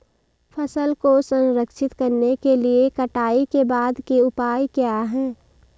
फसल को संरक्षित करने के लिए कटाई के बाद के उपाय क्या हैं?